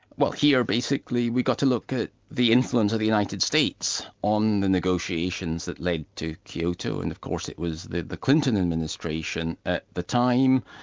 well here basically we've got to look at the influence of the united states on the negotiations that led to kyoto and of course it was the the clinton administration at the time.